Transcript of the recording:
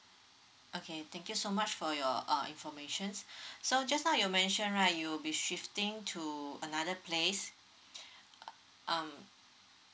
okay thank you so much for your uh informations so just now you mentioned right you'll be shifting to another place uh um